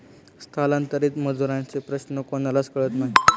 स्थलांतरित मजुरांचे प्रश्न कोणालाच कळत नाही